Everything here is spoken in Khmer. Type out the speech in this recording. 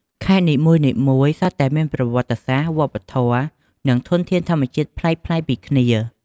ខេត្តនីមួយៗសុទ្ធតែមានប្រវត្តិសាស្រ្ត វប្បធម៌ និងធនធានធម្មជាតិប្លែកៗពីគ្នា។